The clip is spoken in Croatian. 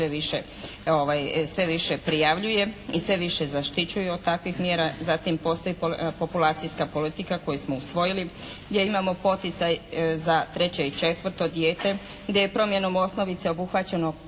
sve više prijavljuje i sve više zaštićuju od takvih mjera. Zatim postoji i populacijska politika koju smo usvojili gdje imamo poticaj za 3. i 4. dijete, gdje je promjenom osnovice obuhvaćeno